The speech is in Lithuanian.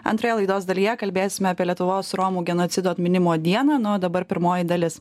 antroje laidos dalyje kalbėsime apie lietuvos romų genocido atminimo dieną nu o dabar pirmoji dalis